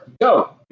Go